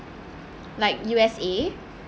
like U_S_A